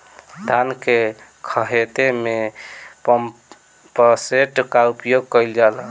धान के ख़हेते में पम्पसेट का उपयोग कइल जाला?